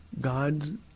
God